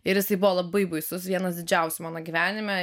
ir jisai buvo labai baisus vienas didžiausių mano gyvenime